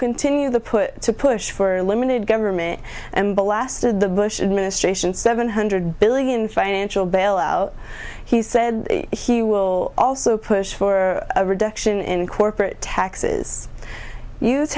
continue the put to push for limited government and blasted the bush administration's seven hundred billion financial bailout he said he will also push for a reduction in corporate taxes